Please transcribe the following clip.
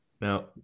Now